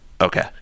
okay